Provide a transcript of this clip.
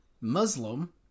Muslim